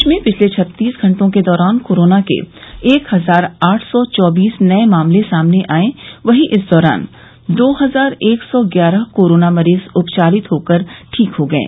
प्रदेश में पिछले छत्तीस घंटों के दौरान कोरोना के एक हजार आठ सौ चौबीस नये मामले सामने आये वहीं इस दौरान दो हजार एक सौ ग्यारह कोरोना मरीज उपचारित होकर ठीक हो गये